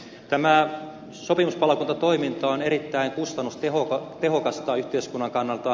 tämä sopimuspalokuntatoiminta on erittäin kustannustehokasta yhteiskunnan kannalta